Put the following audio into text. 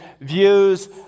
views